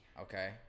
okay